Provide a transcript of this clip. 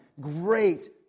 great